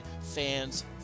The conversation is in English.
fans